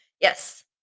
Yes